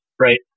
right